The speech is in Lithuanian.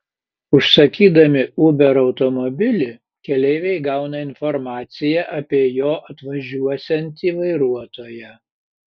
užsakydami uber automobilį keleiviai gauna informaciją apie jo atvažiuosiantį vairuotoją